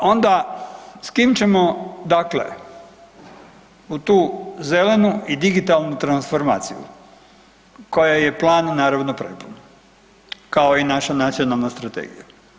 A onda s kim ćemo dakle u tu zelenu i digitalnu transformaciju koje je plan naravno prepun kao i naša nacionalna strategija?